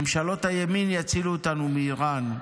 ממשלות הימין יצילו אותנו מאיראן.